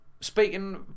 Speaking